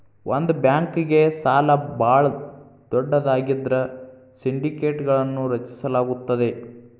ಒಂದ ಬ್ಯಾಂಕ್ಗೆ ಸಾಲ ಭಾಳ ದೊಡ್ಡದಾಗಿದ್ರ ಸಿಂಡಿಕೇಟ್ಗಳನ್ನು ರಚಿಸಲಾಗುತ್ತದೆ